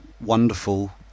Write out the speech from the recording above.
wonderful